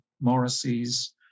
Morrissey's